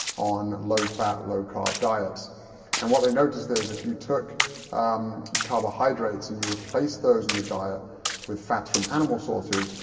on low-fat, low-carb diets and what they noticed is if you took carbohydrates and you replaced those in the diet with fats from animal sources,